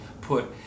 put